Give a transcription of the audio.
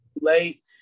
late